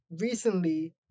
Recently